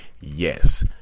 yes